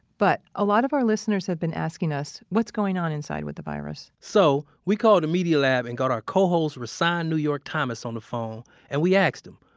but, a lot of our listeners have been asking us what's going on inside with the virus? so, we called the media lab and got our co-host, rahsaan new york thomas on the phone, and we asked him,